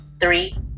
three